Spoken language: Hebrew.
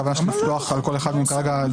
הכוונה לא לפתוח על כל אחד מהם דיון כרגע,